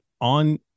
on